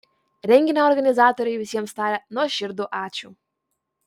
renginio organizatoriai visiems taria nuoširdų ačiū